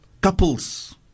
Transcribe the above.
couples